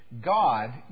God